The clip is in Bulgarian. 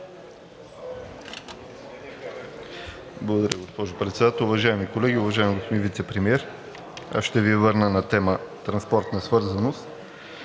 Благодаря, госпожо Председател. Уважаеми колеги! Уважаеми господин Вицепремиер, аз ще Ви върна на тема „Транспортна свързаност“.